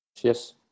yes